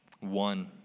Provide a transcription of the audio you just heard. One